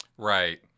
Right